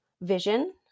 vision